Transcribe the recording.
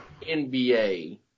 NBA